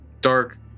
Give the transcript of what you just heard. dark